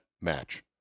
match